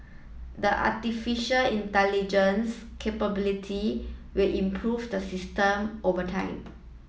the artificial intelligence capability will improve the system over time